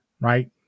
right